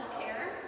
care